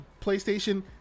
PlayStation